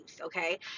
Okay